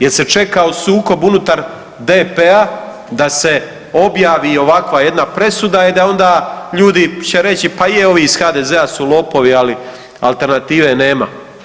Je l' se čekao sukob unutar DP-a da se objavi ovakva jedna presuda i da onda ljudi će reći, pa evo, i ovi iz HDZ-a su lopovi, ali alternative nema.